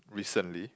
recently